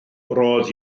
roedd